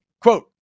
Quote